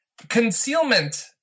Concealment